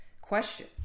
question